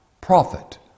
profit